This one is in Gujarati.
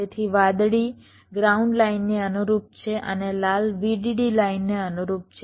તેથી વાદળી ગ્રાઉન્ડ લાઇનને અનુરૂપ છે અને લાલ VDD લાઇનને અનુરૂપ છે